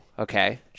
Okay